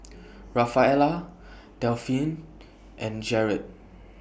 Rafaela Delphine and Jerod